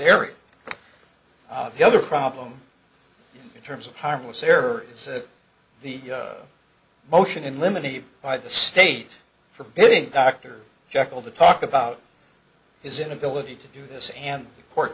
area the other problem in terms of harmless error is the motion in limine by the state forbidding dr jekyll to talk about his inability to do this and court